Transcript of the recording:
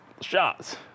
shots